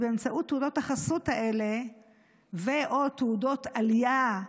באמצעות תעודות החסות האלה ו/או תעודות עלייה,